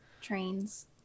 trains